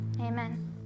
Amen